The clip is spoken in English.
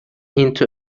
into